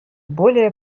более